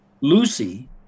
Lucy